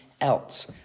else